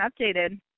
updated